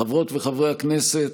חברות וחברי הכנסת,